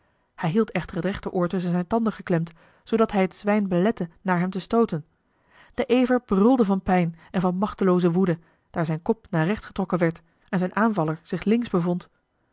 hij hield echter het rechter oor tusschen zijne tanden geklemd zoodat hij het zwijn belette naar hem te stooten de ever brulde van pijn en van machtelooze woede daar zijn kop naar rechts getrokken werd en zijn aanvaller zich links bevond